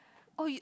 oh you